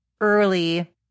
early